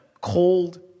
cold